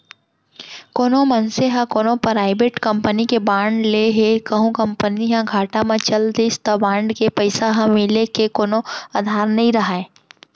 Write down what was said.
कोनो मनसे ह कोनो पराइबेट कंपनी के बांड ले हे कहूं कंपनी ह घाटा म चल दिस त बांड के पइसा ह मिले के कोनो अधार नइ राहय